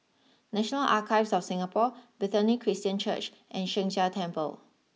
National Archives of Singapore Bethany Christian Church and Sheng Jia Temple